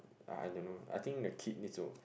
I don't know I think the kid needs to